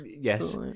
yes